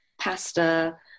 pasta